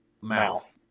mouth